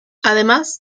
además